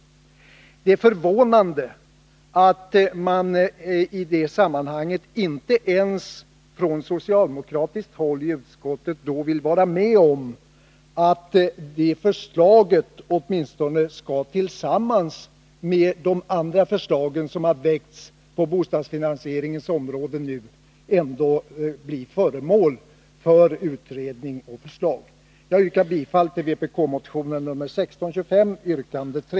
Det är förvånande att man i det sammanhanget inte ens på socialdemokratiskt håll i utskottet vill vara med om att vårt förslag tillsammans med de andra förslag som väckts på bostadsfinansieringens område föranleder en utredning. Herr talman! Jag yrkar bifall till vpk-motionen nr 1625, yrkande 3.